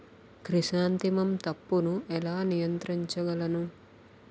Chrysanthemum తప్పును ఎలా నియంత్రించగలను?